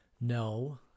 no